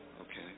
Okay